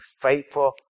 faithful